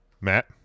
Matt